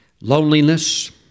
Loneliness